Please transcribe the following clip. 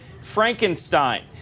Frankenstein